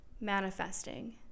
manifesting